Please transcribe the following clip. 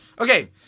Okay